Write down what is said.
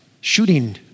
shooting